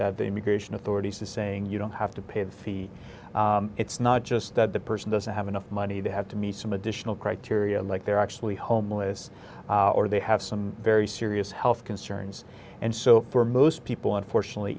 that the immigration authorities are saying you don't have to pay the fee it's not just that the person doesn't have enough money they have to meet some additional criteria like they're actually homeless or they have some very serious health concerns and so for most people unfortunately